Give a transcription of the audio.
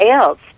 else